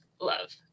love